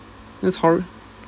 this horror